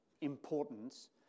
importance